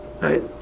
right